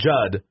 Judd